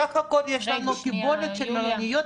סך הכול יש לנו קיבולת של מלוניות,